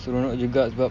seronok juga sebab